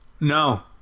No